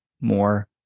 more